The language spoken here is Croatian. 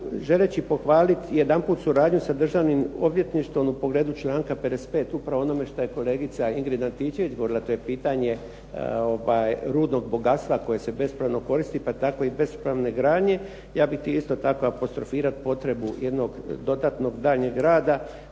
želeći pohvaliti jedanput suradnju sa Državnim odvjetništvom u pogledu članka 55. upravo onome što je kolegica Ingrid Antičević govorila, to je pitanje rudnog bogatstva koje se bespravno koristi pa tako i bespravne gradnje. Ja bih isto tako apostrofirao potrebu jednog dodatnog daljnjeg rada